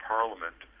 Parliament